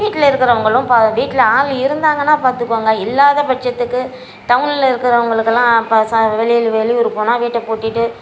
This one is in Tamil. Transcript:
வீட்டில் இருக்கிறவங்களும் வீட்டில் ஆள் இருந்தாங்கன்னால் பார்த்துக்குவாங்க இல்லாத பட்சத்துக்கு டவுனில் இருக்கிறவங்களுக்கெல்லாம் இப்போ வெளியில் வெளியூர் போனால் வீட்டை பூட்டிவிட்டு